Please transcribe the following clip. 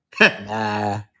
Nah